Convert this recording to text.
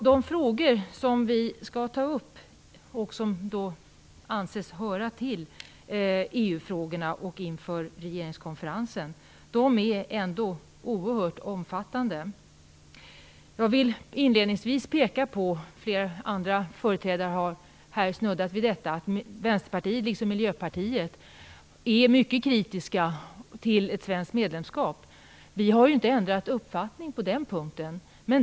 De frågor som vi skall ta upp och som anses höra till EU-frågorna inför regeringskonferensen är ändå oerhört omfattande. Jag vill inledningsvis peka på - flera företrädare har snuddat vid detta - att Vänsterpartiet liksom Miljöpartiet är mycket kritiskt till ett svenskt medlemskap. Vi har inte ändrat uppfattning på den punkten.